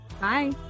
bye